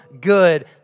good